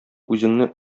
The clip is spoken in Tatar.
үзеңне